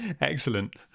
Excellent